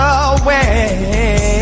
away